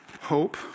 hope